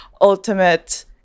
ultimate